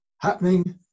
happening